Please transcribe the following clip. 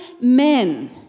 men